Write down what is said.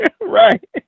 right